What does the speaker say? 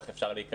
איך אפשר להיכנס,